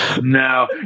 no